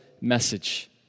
message